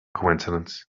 coincidence